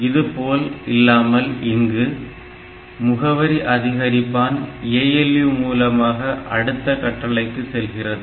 இது போல் இல்லாமல் இங்கு முகவரி அதிகரிப்பான் ALU மூலமாக அடுத்த கட்டளைக்கு செல்கிறது